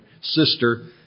sister